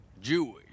Jewish